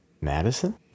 Madison